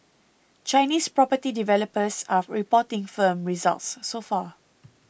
Chinese property developers are reporting firm results so far